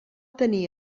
tenir